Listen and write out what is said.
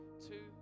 two